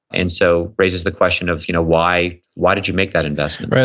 and so, raises the question of you know why why did you make that investment?